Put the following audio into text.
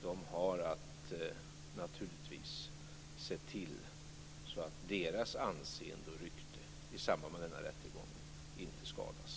De har naturligtvis att se till så att deras anseende och rykte i samband med rättegången inte skadas.